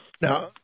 Now